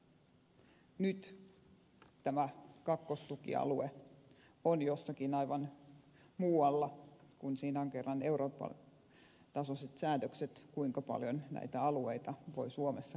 nyt tämä kakkostukialue on jossakin aivan muualla kun siinä on kerran euroopan tasoiset säädökset kuinka paljon näitä alueita voi suomessa kerrallaan olla